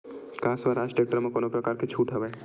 का स्वराज टेक्टर म कोनो प्रकार के छूट हवय?